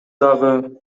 дагы